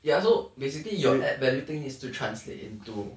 ya so basically you add value thing is to translate into